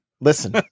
Listen